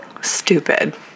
Stupid